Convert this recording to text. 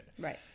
Right